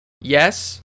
yes